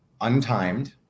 untimed